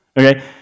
Okay